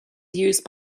used